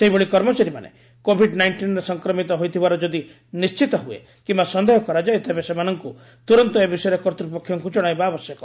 ସେହିଭଳି କର୍ମଚାରୀମାନେ କୋଭିଡ୍ ନାଇଷ୍ଟିନ୍ରେ ସଫକ୍ରମିତ ହୋଇଥିବାର ଯଦି ନିଶ୍ଚିତ ହୁଏ କିମ୍ବା ସନ୍ଦେହ କରାଯାଏ ତେବେ ସେମାନଙ୍କୁ ତୁରନ୍ତ ଏ ବିଷୟରେ କର୍ତ୍ତୃପକ୍ଷଙ୍କୁ ଜଣାଇବା ଆବଶ୍ୟକ